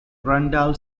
randall